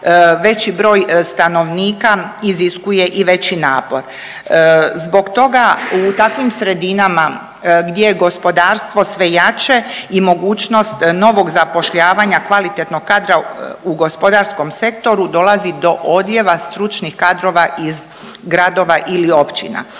veći broj stanovnika iziskuje i veći napor. Zbog toga u takvim sredinama gdje je gospodarstvo sve jače i mogućnost novog zapošljavanja kvalitetnog kadra u gospodarskom sektoru dolazi do odljeva stručnih kadrova iz gradova ili općina.